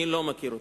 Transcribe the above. אני לא מכיר אותה,